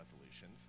resolutions